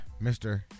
Mr